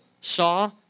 saw